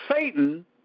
Satan